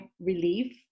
relief